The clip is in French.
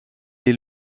est